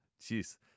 Jeez